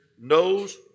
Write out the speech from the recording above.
knows